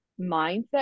mindset